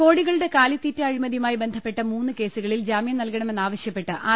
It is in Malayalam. കോടികളുടെ കാലിത്തീറ്റ അഴിമതിയുമായി ബന്ധപ്പെട്ട മൂന്ന് കേസുകളിൽ ജാമ്യം നൽകണമെന്നാവശ്യപ്പെട്ട് ആർ